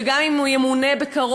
וגם אם הוא ימונה בקרוב,